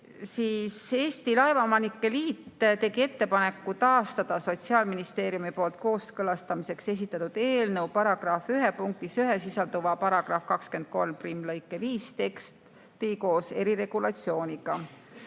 Tuvi. Eesti Laevaomanike Liit tegi ettepaneku taastada Sotsiaalministeeriumi poolt kooskõlastamiseks esitatud eelnõu § 1 punktis 1 sisalduva § 231lõike 5 tekst koos eriregulatsiooniga.